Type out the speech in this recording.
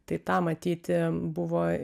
tai tą matyti buvo